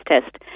test